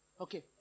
Okay